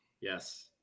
Yes